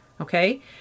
Okay